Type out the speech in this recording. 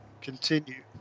continue